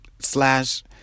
slash